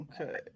Okay